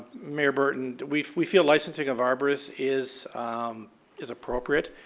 mayor burton. we we feel licensing of arbourists is um is appropriate.